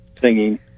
singing